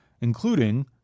including